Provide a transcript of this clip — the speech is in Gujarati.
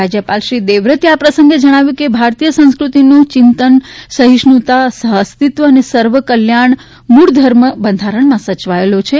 રાજ્યપાલ શ્રી દેવવ્રતે આ પ્રસંગે જણાવ્યું કે ભારતીય સંસ્કૃતિનું ચિંતન સહિષ્ણુતા સહઅસ્તિવ અને સર્વકલ્યાણ મૂળ ધર્મ બંધારણમાં સયવાયો છે